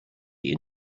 die